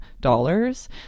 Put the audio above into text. Dollars